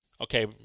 Okay